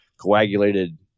coagulated